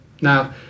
Now